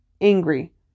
angry